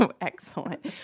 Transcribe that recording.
excellent